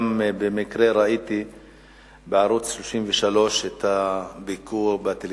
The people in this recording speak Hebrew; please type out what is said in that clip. במקרה ראיתי בערוץ-33 את הביקור, בטלוויזיה.